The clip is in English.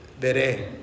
veré